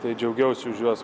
tai džiaugiausi už juos